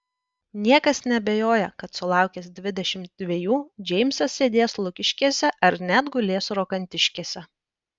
niekas neabejoja kad sulaukęs dvidešimt dvejų džeimsas sėdės lukiškėse ar net gulės rokantiškėse